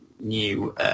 new